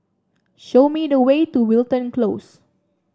show me the way to Wilton Close